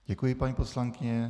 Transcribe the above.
Děkuji, paní poslankyně.